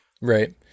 Right